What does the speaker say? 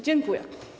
Dziękuję.